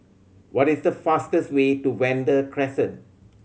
what is the fastest way to Vanda Crescent